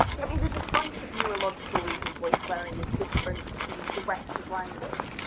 yeah, i mean there's a bunch of neurological reasons why swearing is different to the rest of language.